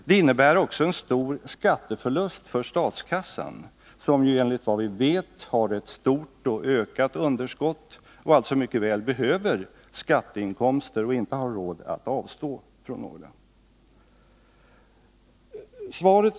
Det innebär också en stor skatteförlust för statskassan, som enligt vad vi vet har ett stort och ökat underskott och alltså mycket väl behöver skatteinkomster och inte har råd att avstå från några sådana.